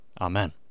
Amen